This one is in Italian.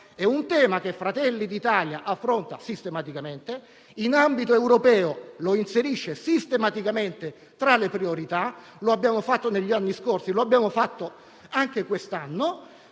È un tema che Fratelli d'Italia affronta sistematicamente. In ambito europeo lo inserisce sistematicamente tra le priorità: lo abbiamo fatto negli anni scorsi e anche quest'anno,